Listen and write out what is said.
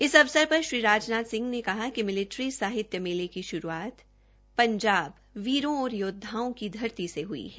इस अवसर पर श्री राजनाथ ने कहा कि मिलिटरी साहित्य मेले की शुरूआत पंजाब बीरो और योद्वाओं की धरती से हई है